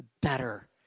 better